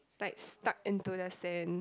like stuck into the sand